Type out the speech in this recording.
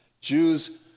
Jews